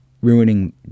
ruining